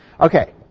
Okay